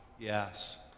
Yes